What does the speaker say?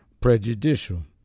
prejudicial